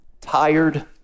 tired